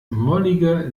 mollige